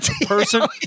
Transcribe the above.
person